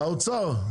זה האוצר.